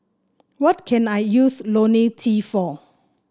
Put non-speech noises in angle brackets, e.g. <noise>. what can I use <unintelligible> T for